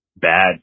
bad